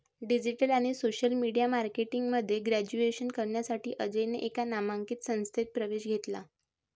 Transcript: digital आणि social media marketing मध्ये graduation करण्यासाठी अजयने एका नामांकित संस्थेत प्रवेश घेतला